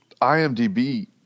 IMDb